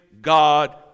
God